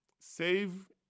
save